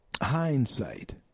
Hindsight